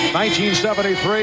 1973